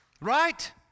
Right